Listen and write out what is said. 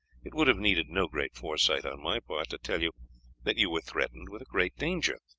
it would have needed no great foresight on my part to tell you that you were threatened with a great danger,